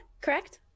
correct